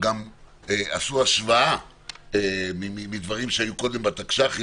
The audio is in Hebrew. גם עשו השוואה לדברים שהיו קודם בתקש"חים